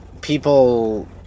people